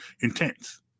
intense